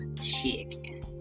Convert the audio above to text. chicken